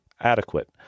adequate